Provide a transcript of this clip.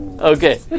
Okay